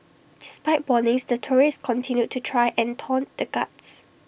despite warnings the tourists continued to try and taunt the guards